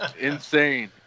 Insane